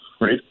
Right